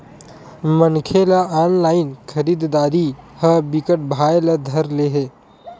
मनखे ल ऑनलाइन खरीदरारी ह बिकट भाए ल धर ले हे